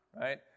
right